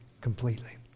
completely